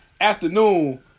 afternoon